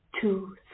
two